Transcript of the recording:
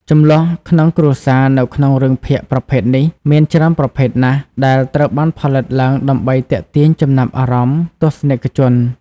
ជម្លោះក្នុងគ្រួសារនៅក្នុងរឿងភាគប្រភេទនេះមានច្រើនប្រភេទណាស់ដែលត្រូវបានផលិតឡើងដើម្បីទាក់ទាញអារម្មណ៍ទស្សនិកជន។